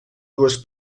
dues